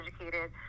educated